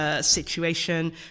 Situation